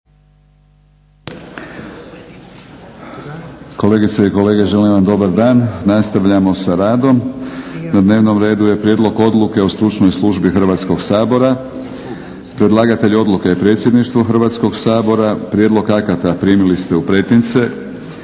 Kolegice i kolege, želim vam dobar dan. Nastavljamo sa radom. Na dnevnom redu je: - Prijedlog odluke o stručnoj službi Hrvatskoga sabora Predlagatelj odluke je predstavništvo Hrvatskog sabora. Prijedlog akta primili ste u pretince.